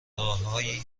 راههایی